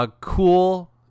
cool